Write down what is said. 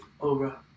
over